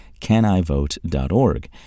canivote.org